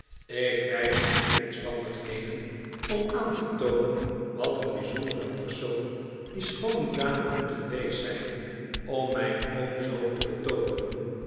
ik wijs op die omstandigheden om aan te toonen wat een bijzondere persoon die schoone dame moet geweest zijn om mijn oom zoo te betooveren